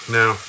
now